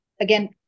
again